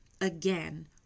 again